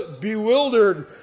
bewildered